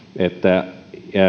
että